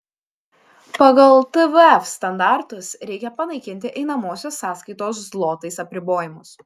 pagal tvf standartus reikia panaikinti einamosios sąskaitos zlotais apribojimus